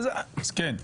אתם משקרים.